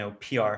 PR